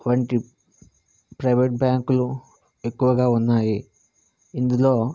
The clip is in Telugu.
వంటి ప్రైవేట్ బ్యాంక్లు ఎక్కువగా ఉన్నాయి ఇందులో